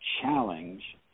challenge